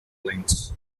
lines